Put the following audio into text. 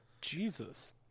Jesus